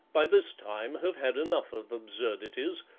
by this time have had enough of absurdities,